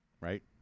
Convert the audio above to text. Right